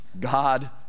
God